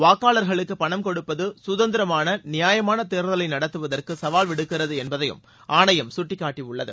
வாக்காளர்களுக்கு பணம் கொடுப்பது சுதந்திரமான நியாயமாள தேர்தலை நடத்துவதற்கு சவால் விடுக்கிறது என்பதையும் ஆணையம் சுட்டிக்காட்டியுள்ளது